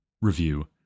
review